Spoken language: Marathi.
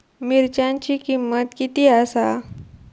मिरच्यांची किंमत किती आसा?